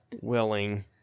Willing